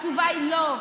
התשובה היא לא.